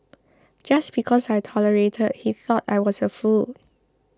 just because I tolerated he thought I was a fool